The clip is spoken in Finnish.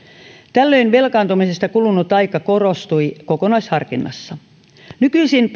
tällöin velkaantumisesta kulunut aika korostui kokonaisharkinnassa nykyisin